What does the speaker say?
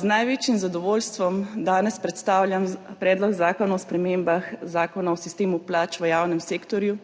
Z največjim zadovoljstvom danes predstavljam Predlog zakona o spremembah Zakona o sistemu plač v javnem sektorju,